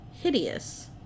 hideous